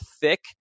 thick